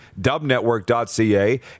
Dubnetwork.ca